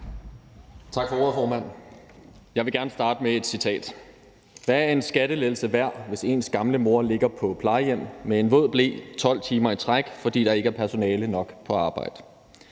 Tak for ordet, formand. Jeg vil gerne starte med et citat: Hvad er en skattelettelse værd, hvis ens gamle mor ligger på plejehjem med en våd ble 12 timer i træk, fordi der ikke er personale nok på arbejde?